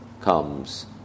comes